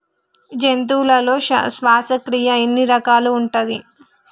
జంతువులలో శ్వాసక్రియ ఎన్ని రకాలు ఉంటది?